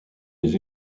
les